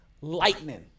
Lightning